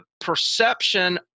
perception